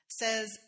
says